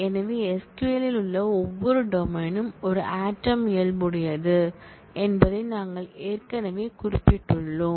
எனவே SQL இல் உள்ள ஒவ்வொரு டொமைன் ம் ஒரு ஆட்டம் இயல்புடையது என்பதை நாங்கள் ஏற்கனவே குறிப்பிட்டுள்ளோம்